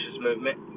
movement